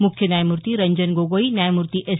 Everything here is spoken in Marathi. मुख्य न्यायमूर्ती रंजन गोगोई न्यायमूर्ती एस